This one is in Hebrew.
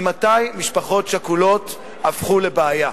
ממתי משפחות שכולות הפכו לבעיה?